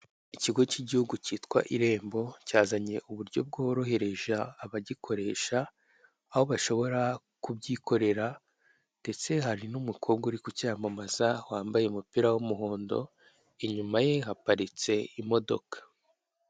Ikigo cy'igihugu cyitwa irembo, cyazanye uburyo bworohereje abagikoresha aho bashobora kubyikorera ndetse hari n'umukobwa uri kucyamamaza, wambaye umupira w'umuhondo inyuma ye haparitse imodoka.